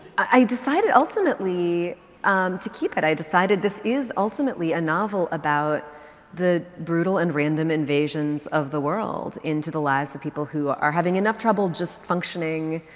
decided ultimately to keep it. i decided this is ultimately a novel about the brutal and random invasions of the world into the lives of people who are having enough trouble just functioning,